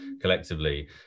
collectively